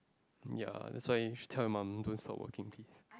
ya that's why should tell your mum those are working peace